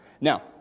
Now